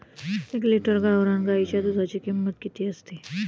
एक लिटर गावरान गाईच्या दुधाची किंमत किती असते?